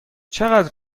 چقدر